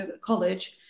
college